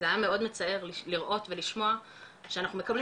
היה מאוד מצער לראות ולשמוע שאנחנו מקבלים